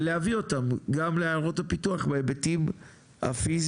ולהביא אותם גם לעיירות הפיתוח בהיבטים הפיזיים?